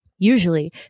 Usually